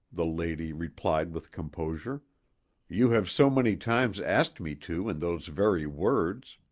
the lady replied with composure you have so many times asked me to in those very words.